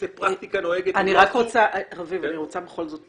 זו פרקטיקה נוהגת --- רביב, אני רק רוצה בכל זאת